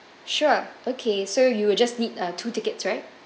sure okay so you would just uh need two tickets right